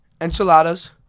Enchiladas